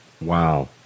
Wow